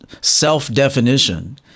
self-definition